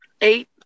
Eight